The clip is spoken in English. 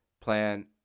plan